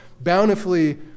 bountifully